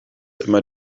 immer